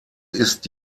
ist